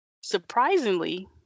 Surprisingly